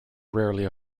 rarely